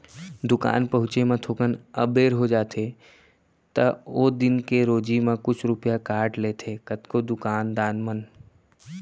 दुकान पहुँचे म थोकन अबेर हो जाथे त ओ दिन के रोजी म कुछ रूपिया काट लेथें कतको दुकान दान मन ह